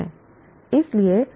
फिर cognitive processes 6 हैं